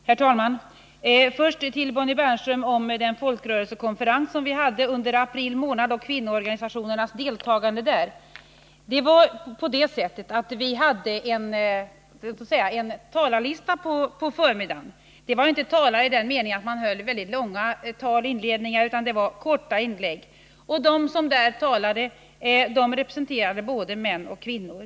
Herr talman! Först vill jag säga några ord till Bonnie Bernström om den folkrörelsekonferens som vi hade under april månad och om kvinnoorganisationernas deltagande. Vi hade en talarlista på förmiddagen. Det hölls inte långa inledningstal utan det gjordes korta inlägg. De som talade representerade både män och kvinnor.